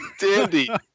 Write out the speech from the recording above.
Dandy